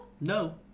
No